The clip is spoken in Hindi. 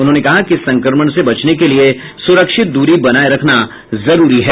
उन्होंने कहा कि इस संक्रमण से बचने के लिए सुरक्षित दूरी बनाए रखना जरूरी है